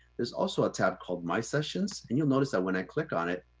there's also a tab called my sessions. and you'll notice that when i click on it,